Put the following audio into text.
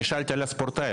אני שאלתי על הספורטאי,